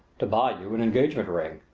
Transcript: to buy you an engagement ring.